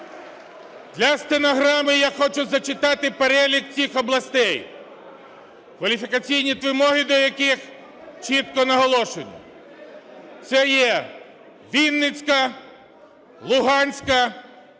Для стенограми я хочу зачитати перелік цих областей, кваліфікаційні вимоги до яких чітко наголошую. Це є Вінницька, Луганська,